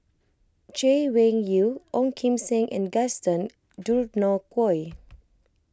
Chay Weng Yew Ong Kim Seng and Gaston Dutronquoy